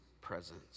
presence